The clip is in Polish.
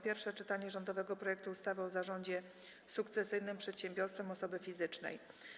Pierwsze czytanie rządowego projektu ustawy o zarządzie sukcesyjnym przedsiębiorstwem osoby fizycznej.